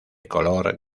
color